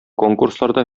конкурсларда